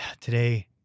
today